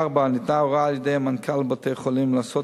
4. ניתנה הוראה על-ידי המנכ"ל לבתי-החולים לעשות